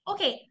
Okay